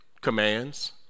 commands